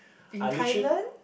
in Thailand